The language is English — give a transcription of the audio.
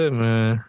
man